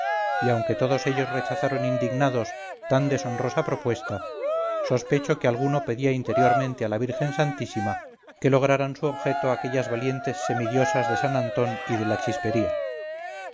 y aunque todos ellos rechazaron indignados tan deshonrosa propuesta sospecho que alguno pedía interiormente a la virgen santísima que lograran su objeto aquellas valientes semidiosas de san antón y de la chispería